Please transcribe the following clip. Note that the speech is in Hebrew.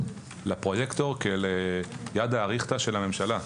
כאל ידא אריכתא של הממשלה.